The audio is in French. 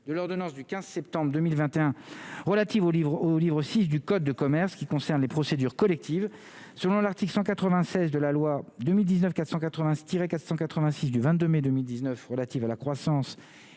de l'ordonnance du 15 septembre 2021 relatives au livre au livre 6 du code de commerce qui concerne les procédures collectives, selon l'article 196 de la loi 2019, 480 tirer 486 du 22 mai 2019 relatives à la croissance